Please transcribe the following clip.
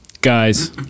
Guys